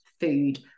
food